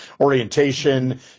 orientation